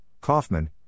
Kaufman